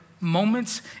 moments